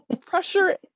pressure